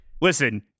Listen